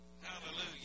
Hallelujah